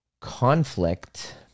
conflict